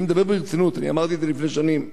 אני מדבר ברצינות, אני אמרתי את זה לפני שנים.